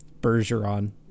Bergeron